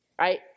right